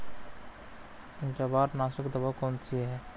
जवारनाशक दवा कौन सी है?